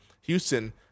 Houston